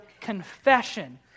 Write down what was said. confession